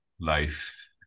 life